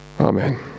Amen